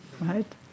Right